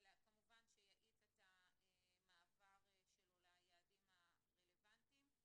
כמובן שיאיץ את המעבר שלו ליעדים הרלוונטיים.